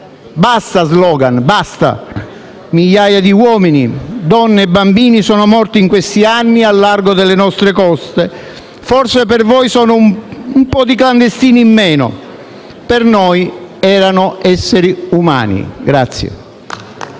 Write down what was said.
Basta *slogan*, basta. Migliaia di uomini, donne e bambini sono morti in questi anni al largo delle nostre coste. Forse per voi sono un po' di clandestini in meno. Per noi erano esseri umani.